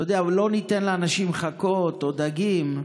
אתה יודע, לא ניתן לאנשים חכות או דגים,